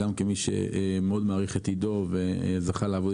גם כמי שמעריך מאוד את עידו מירז וזכה לעבוד